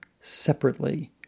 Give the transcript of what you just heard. separately